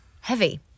heavy